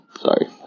sorry